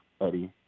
Eddie